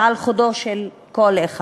ועל חודו של קול אחד.